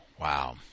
Wow